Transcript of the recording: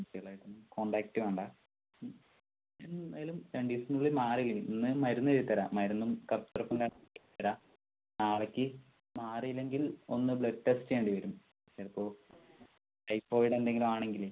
ബാക്കി എല്ലാരും കോൺടാക്ട് വേണ്ട എന്തായാലും രണ്ടുദിവസിനുള്ളിൽ മാറിരിക്കും ഇന്ന് മരുന്നെഴുതി തരാം മരുന്നും കഫ് സിറപ്പും ഞാൻ എഴുതി തരാം നാളേക്ക് മാറിയില്ലെങ്കിൽ ഒന്ന് ബ്ലഡ്ഡ് ടെസ്റ്റ് ചെയ്യേണ്ടി വരും ചിലപ്പോൾ റ്റൈഫോയിഡ് എന്തെങ്കിലും ആണെങ്കില്